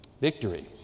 Victory